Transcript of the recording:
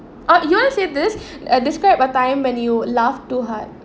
oh you want say this uh describe a time when you laugh too hard